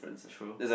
true